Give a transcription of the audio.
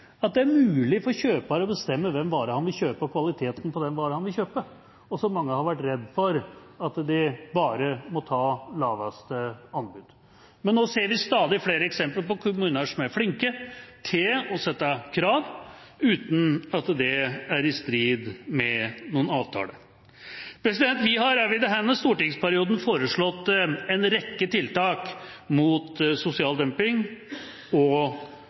at det er mulig for kjøper å bestemme hvilken vare han vil kjøpe, og kvaliteten på den varen han vil kjøpe. Mange har vært redde for at de bare må ta laveste anbud. Men nå ser vi stadig flere eksempler på kommuner som er flinke til å stille krav uten at det er i strid med noen avtale. Vi har også i denne stortingsperioden foreslått en rekke tiltak mot sosial dumping og